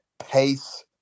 Pace